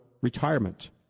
retirement